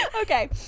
Okay